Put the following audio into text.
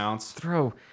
throw